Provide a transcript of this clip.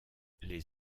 les